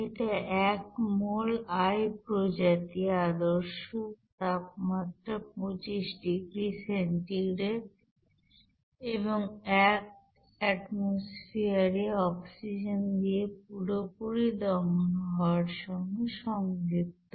এটা 1 mole i প্রজাতি আদর্শ তাপমাত্রা 25 ডিগ্রী সেন্টিগ্রেড এবং 1 অ্যাটমোসফিয়ার এ অক্সিজেন দিয়ে পুরোপুরি দহন হওয়ার সঙ্গে সংযুক্ত